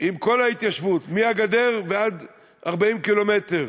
עם כל ההתיישבות, מהגדר ועד 40 קילומטר.